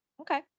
Okay